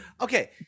Okay